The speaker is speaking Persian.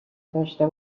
داشته